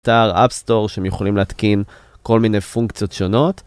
אתר אפסטור שהם יכולים לנתקין כל מיני פונקציות שונות